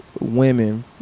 women